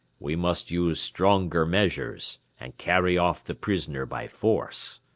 we must use stronger measures, and carry off the prisoner by force.